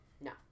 No